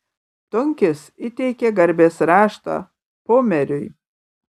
tunkis įteikė garbės raštą pumeriui